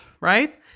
right